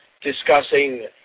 discussing